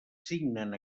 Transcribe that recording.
signen